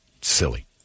silly